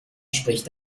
spricht